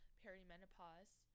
perimenopause